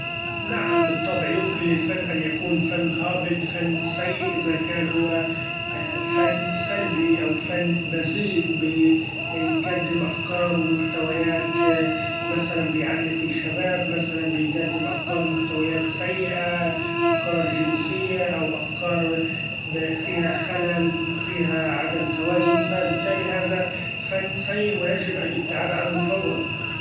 نعم بالطبع! يمكن للفن إن يكون فن هابط فن سئ إذا كان هو ‹hesitate › فن سلبي أو فن بذئ بيقدم افكار ومحتويات مثلا بيعنف الشباب ، مثلا بيقدم افكار محتويات سيئة افكار چنسية أو افكار ‹hesitate › فيها خلل فيها عدم توازن، فبالتالي هذا فن سئ ويچب الابتعاد عنه فورا.